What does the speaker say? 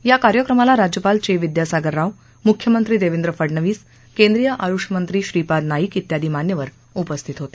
या कार्यक्रमाला राज्यपाल चे विद्यासागर राव मुख्यमंत्री देवेंद्र फडनवीस केंद्रीय आयुष मंत्री श्रीपाद नाईक त्यादी मान्यवर उपस्थित होते